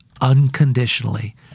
unconditionally